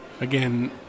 Again